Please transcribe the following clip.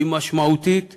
היא משמעותית ומעשית,